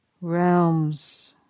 realms